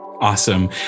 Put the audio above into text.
Awesome